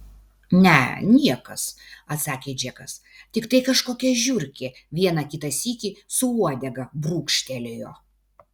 ne niekas atsakė džekas tiktai kažkokia žiurkė vieną kitą sykį su uodega brūkštelėjo